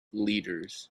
leaders